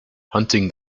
hunting